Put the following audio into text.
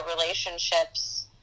relationships